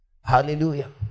Hallelujah